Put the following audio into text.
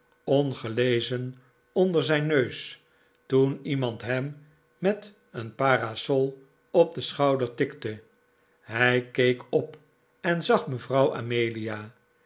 ongelezen onder zijn neus toen iemand hem met een parasol op den schouder tikte hij keek op en zag mevrouw amelia